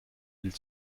bild